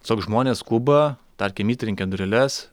tiesiog žmonės skuba tarkim įtrenkė dureles